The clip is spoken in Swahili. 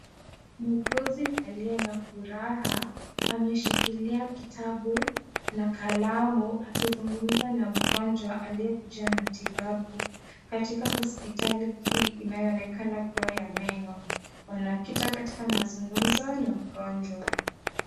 Muuguzi aliye na furaha ameshikilia kitabu na kalamu akizungumza na mgonjwa aliyekujia matibabu katika hospitali hii inayoonekana kuwa ya meno, wanakita katika mazungumzo na mgonjwa.